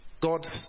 God